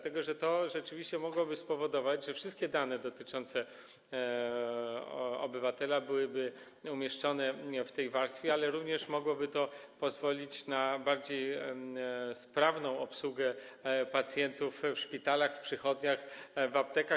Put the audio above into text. To rzeczywiście mogłoby spowodować, że wszystkie dane dotyczące obywatela byłyby umieszczone w tej warstwie, ale to również mogłoby pozwolić na bardziej sprawną obsługę pacjentów w szpitalach, w przychodniach, w aptekach.